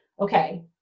okay